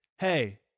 Hey